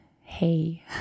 hey